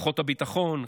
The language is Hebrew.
כוחות הביטחון,